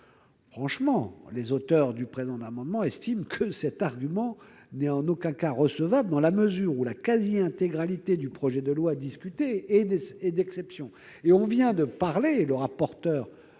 d'exception. Les auteurs de cet amendement estiment que cet argument n'est en aucun cas recevable dans la mesure où la quasi-intégralité du projet de loi discuté est d'exception. On vient d'en parler : le rapporteur